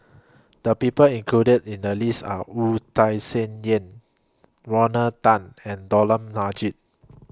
The People included in The list Are Wu Tai same Yen Rodney Tan and Dollah Majid